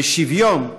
בשוויון,